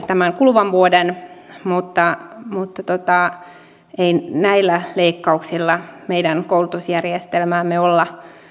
tämän kuluvan vuoden talousarvion mukainen määräraha mutta ei näillä leikkauksilla meidän koulutusjärjestelmäämme olla